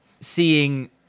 seeing